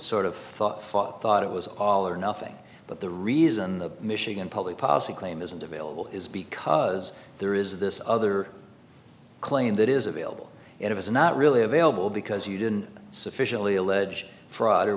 thought thought thought it was all or nothing but the reason the michigan public policy claim isn't available is because there is this other claim that is available it is not really available because you didn't sufficiently allege fraud or